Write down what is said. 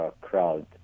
crowd